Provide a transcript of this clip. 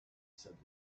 said